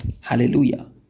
Hallelujah